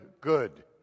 good